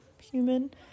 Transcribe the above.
human